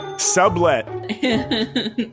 Sublet